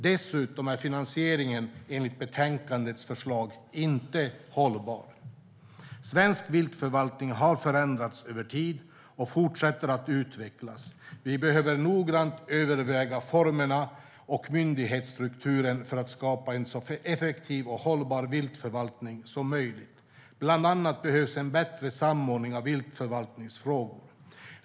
Dessutom är finansieringen enligt betänkandets förslag inte hållbar. Svensk viltförvaltning har förändrats över tid och fortsätter att utvecklas. Vi behöver noggrant överväga formerna och myndighetsstrukturen för att skapa en så effektiv och hållbar viltförvaltning som möjligt. Bland annat behövs det en bättre samordning av viltförvaltningsfrågor.